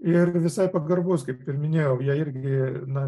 ir visai pagarbus kaip ir minėjau jie irgi na